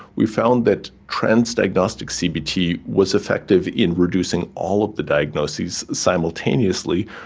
we found that trans diagnostic cbt was effective in reducing all of the diagnoses simultaneously,